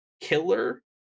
Killer